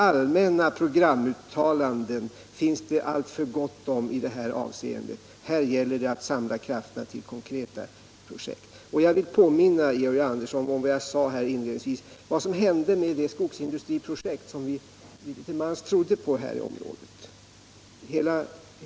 Allmänna programuttalanden finns det alltför gott om i det här avseendet. Det gäller att samla krafterna till konkreta projekt. Jag vill påminna Georg Andersson om, vilket jag påpekade inledningsvis, vad som hänt med det skogsindustriprojekt som vi litet till mans trodde på i det här området.